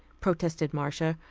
protested marcia,